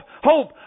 hope